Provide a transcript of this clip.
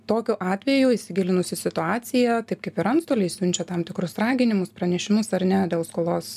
tokiu atveju įsigilinus į situaciją taip kaip ir antstoliai siunčia tam tikrus raginimus pranešimus ar ne dėl skolos